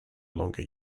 longer